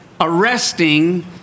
arresting